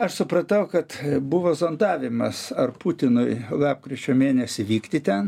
aš supratau kad buvo zondavimas ar putinui lapkričio mėnesį vykti ten